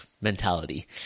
mentality